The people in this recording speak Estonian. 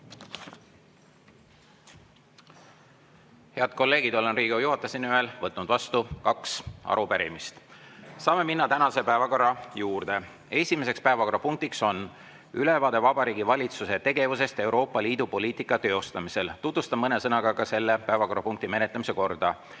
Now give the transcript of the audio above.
Head kolleegid! Olen Riigikogu juhatuse nimel võtnud vastu kaks arupärimist. Saame minna tänase päevakorra juurde. Esimene päevakorrapunkt on ülevaade Vabariigi Valitsuse tegevusest Euroopa Liidu poliitika teostamisel. Tutvustan mõne sõnaga ka selle päevakorrapunkti menetlemise korda.